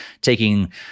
taking